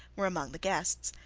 were among the guests.